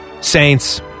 Saints